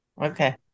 Okay